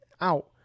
out